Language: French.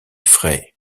frey